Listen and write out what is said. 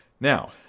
Now